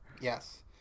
Yes